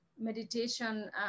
meditation